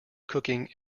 cooking